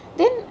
then